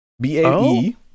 B-A-E